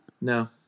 No